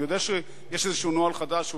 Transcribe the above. אני יודע שיש איזה נוהל חדש,